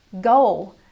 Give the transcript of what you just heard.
go